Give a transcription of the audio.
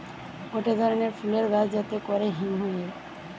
গটে ধরণের ফুলের গাছ যাতে করে হিং হয়ে